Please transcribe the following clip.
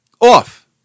off